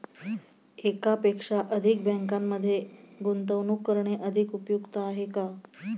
एकापेक्षा अधिक बँकांमध्ये गुंतवणूक करणे अधिक उपयुक्त आहे का?